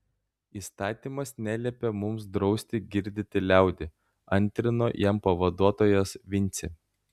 įstatymas neliepia mums drausti girdyti liaudį antrino jam pavaduotojas vincė